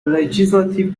legislative